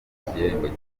igihembo